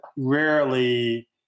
rarely